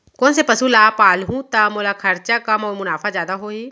कोन से पसु ला पालहूँ त मोला खरचा कम अऊ मुनाफा जादा होही?